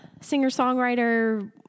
singer-songwriter